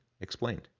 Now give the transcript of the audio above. Explained